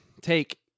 Take